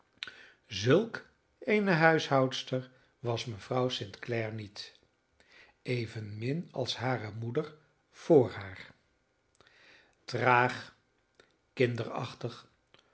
zulk eene huishoudster was mevrouw st clare niet evenmin als hare moeder vr haar traag kinderachtig